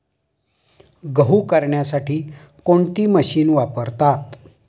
गहू करण्यासाठी कोणती मशीन वापरतात?